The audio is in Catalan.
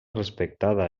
respectada